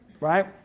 right